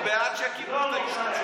אנחנו בעד שיקימו את היישובים,